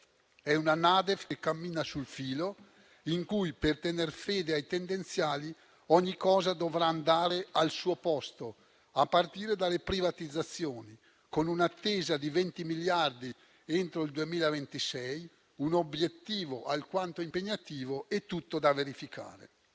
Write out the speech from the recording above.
È una NADEF che cammina sul filo e in cui, per tener fede ai tendenziali, ogni cosa dovrà andare al suo posto, a partire dalle privatizzazioni, con un'attesa di 20 miliardi entro il 2026: un obiettivo alquanto impegnativo e tutto da verificare.